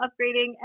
upgrading